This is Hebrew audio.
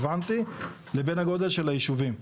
ורלוונטי, לבין הגודל של הישובים.